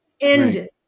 ended